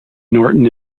norton